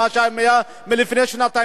ממה שהיה לפני שנתיים.